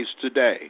today